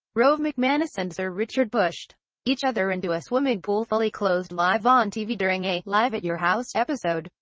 rove mcmanus and sir richard pushed each other into a swimming pool fully clothed live on tv during a live at your house episode.